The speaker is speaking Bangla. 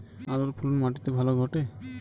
আলুর ফলন মাটি তে ভালো ঘটে?